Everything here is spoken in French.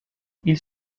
ils